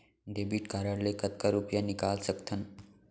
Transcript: Debit card ले कतका रुपिया निकाल सकथन?